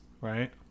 right